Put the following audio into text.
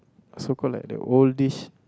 so called like the oldish